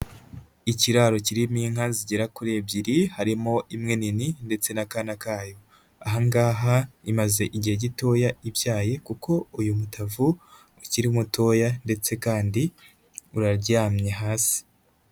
Ikiraro kirimo inka zigera kuri ebyiri, harimo imwe nini ndetse n'akana kayo, aha ngaha imaze igihe gitoya ibyaye kuko uyu mutavu ukiri mutoya ndetse kandi uraryamye hasi.